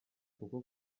kuko